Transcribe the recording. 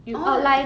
oh